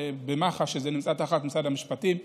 שנמצאת תחת משרד המשפטים,